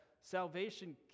salvation